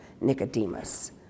Nicodemus